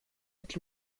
mit